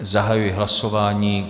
Zahajuji hlasování.